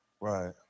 Right